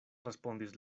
respondis